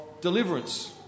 deliverance